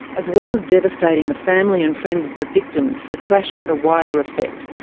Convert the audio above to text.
as well as devastating the family and friends of the victims, the crash had a wider effect,